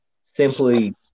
simply